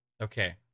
Okay